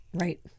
Right